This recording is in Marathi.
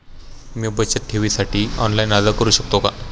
मी बचत ठेवीसाठी ऑनलाइन अर्ज करू शकतो का?